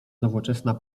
nowoczesna